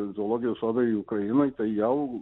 zoologijos sodai ukrainoj tai jau